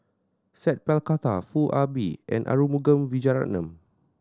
Sat Pal Khattar Foo Ah Bee and Arumugam Vijiaratnam